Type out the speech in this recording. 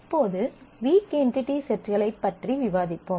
இப்போது weak entity செட்களைப் பற்றி விவாதிப்போம்